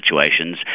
situations